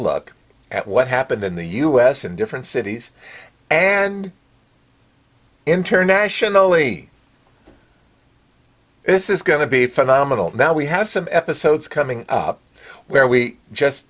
look at what happened in the u s in different cities and internationally this is going to be phenomenal now we have some episodes coming up where we just